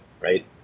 right